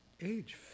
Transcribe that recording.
Age